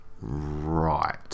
right